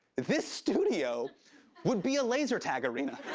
this studio would be a laser tag arena.